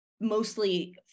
mostly